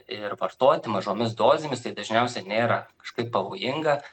ir vartoti mažomis dozėmis tai dažniausiai nėra kažkaip pavojinga